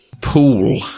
Pool